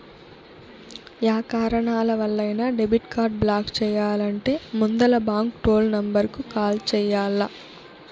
yeah కారణాలవల్లైనా debit card block చెయ్యాలంటే ముందల బాంకు టోల్ నెంబరుకు కాల్ చెయ్యాల్ల